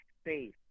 space